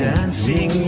Dancing